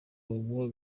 baguha